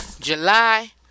july